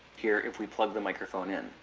here if we plug the microphone in.